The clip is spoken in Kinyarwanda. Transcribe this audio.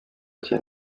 cye